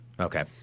Okay